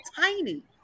tiny